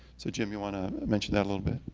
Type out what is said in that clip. so, jim, you want to mention that a little bit?